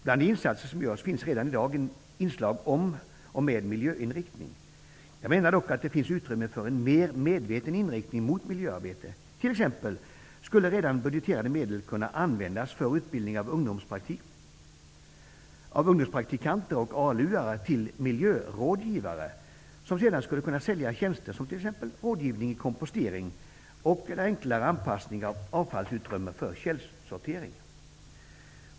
Bland de insatser som görs finns redan i dag inslag med miljöinriktning. Jag menar dock att det finns utrymme för en mer medveten inriktning mot miljöarbete. T.ex. skulle redan budgeterade medel kunna användas för utbildning av ungdomspraktikanter och ALU:are till ''miljörådgivare'', som sedan skulle kunna sälja tjänster som rådgivning i kompostering och enkla anpassningar av avfallsutrymmen för källsortering.